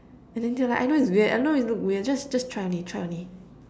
and then they were like I know it's weird I know it looks weird just just try only try only